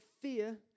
fear